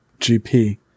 GP